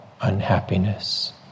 unhappiness